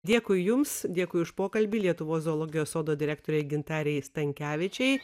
dėkui jums dėkui už pokalbį lietuvos zoologijos sodo direktorei gintarei stankevičei